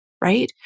right